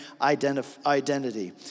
identity